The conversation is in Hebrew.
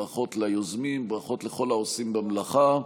ברכות ליוזמים, ברכות לכל העושים במלאכה.